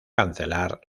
cancelar